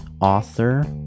author